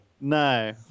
No